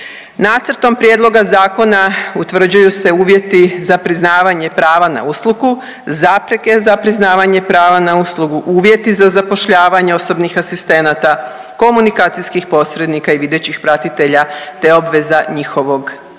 Nacrtom prijedloga zakona utvrđuju se uvjeti za priznavanje prava na uslugu, zapreke za priznavanje prava na uslugu, uvjeti za zapošljavanje osobnih asistenata, komunikacijskih posrednika i videćih pratitelja, te obveza njihovog obrazovanja.